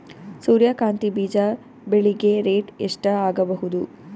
ಸೂರ್ಯ ಕಾಂತಿ ಬೀಜ ಬೆಳಿಗೆ ರೇಟ್ ಎಷ್ಟ ಆಗಬಹುದು?